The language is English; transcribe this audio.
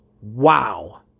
Wow